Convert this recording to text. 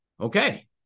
Okay